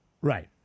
Right